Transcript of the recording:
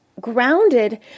grounded